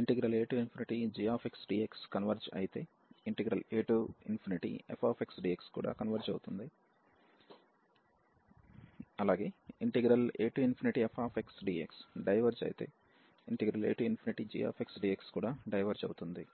agxdx converge అయితే afxdx కూడా converge అవుతుంది afxdx డైవెర్జ్ అయితే agxdx కూడా డైవెర్జ్ అవుతుంది